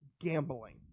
gambling